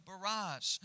barrage